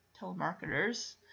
telemarketers